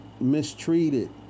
mistreated